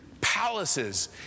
palaces